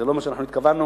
זה לא מה שאנחנו התכוונו